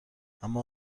اما